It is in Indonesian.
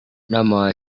nama